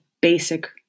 basic